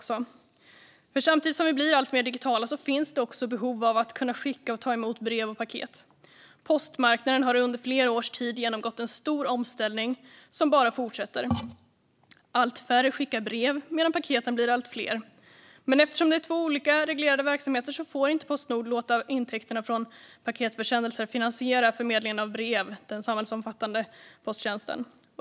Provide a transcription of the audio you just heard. Samtidigt som vi blir alltmer digitala finns det också behov av att kunna skicka och ta emot brev och paket. Postmarknaden har under flera års tid genomgått en stor omställning som bara fortsätter. Allt färre skickar brev, medan paketen blir allt fler. Eftersom det är två olika reglerade verksamheter får inte Postnord låta intäkterna från paketförsändelser finansiera förmedlingen av brev - den samhällsomfattande posttjänsten.